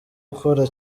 gukora